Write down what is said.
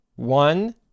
One